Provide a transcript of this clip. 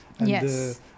Yes